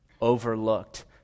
overlooked